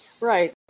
Right